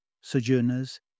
Sojourners